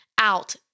out